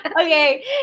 okay